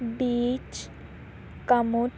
beach ਕਾਮੋਰ